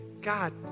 God